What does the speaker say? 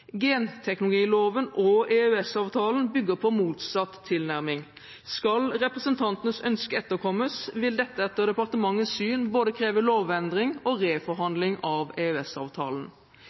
Genteknologiloven og EØS-avtalen bygger på motsatt tilnærming. Skal representantenes ønske etterkommes, vil dette etter departementets syn både kreve lovendring og reforhandling av